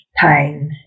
pain